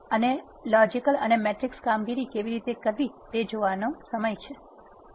આ વ્યાખ્યાનમાં આપણે R માં એરીથમેટીક લોજિકલ અને મેટ્રિક્સ કામગીરી કેવી રીતે કરવી તે જોવા જઈ રહ્યા છીએ